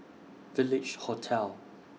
Village Hotel